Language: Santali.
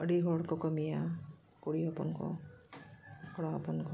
ᱟᱹᱰᱤ ᱦᱚᱲ ᱠᱚ ᱠᱟᱹᱢᱤᱭᱟ ᱠᱩᱲᱤ ᱦᱚᱯᱚᱱ ᱠᱚ ᱠᱚᱲᱟ ᱦᱚᱯᱚᱱ ᱠᱚ